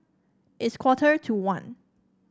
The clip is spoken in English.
its quarter to one